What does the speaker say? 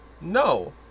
No